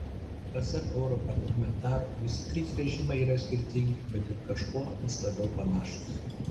pasak europarlamentaro visi trys režimai yra skirtingi bet ir kažkuo vis labiau panašūs